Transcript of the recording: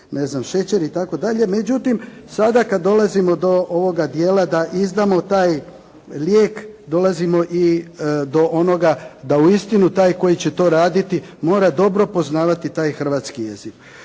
ne znam šećer itd. Međutim, sada kada dolazimo do ovog dijela kada izdamo taj lijek dolazimo i do onoga da uistinu taj koji će raditi mora dobro poznavati taj hrvatski jezik.